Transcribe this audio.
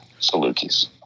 Salukis